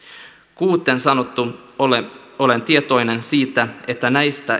kuten sanottu olen tietoinen siitä että näistä